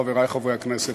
חברי חברי הכנסת,